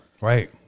right